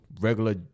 regular